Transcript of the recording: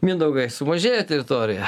mindaugai sumažėjo teritorija